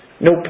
No